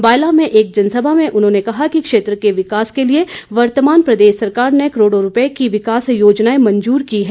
बायला में एक जनसभा में उन्होंने कहा कि क्षेत्र के विकास के लिए वर्तमान प्रदेश सरकार ने करोड़ों रूपए की विकास योजनाएं मंजूर की हैं